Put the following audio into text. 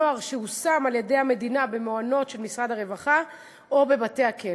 נוער שהושם על-ידי המדינה במעונות של משרד הרווחה או בבתי-הכלא.